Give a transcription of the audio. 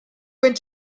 went